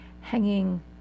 hanging